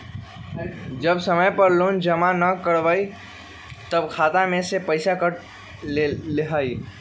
जब समय पर लोन जमा न करवई तब खाता में से पईसा काट लेहई?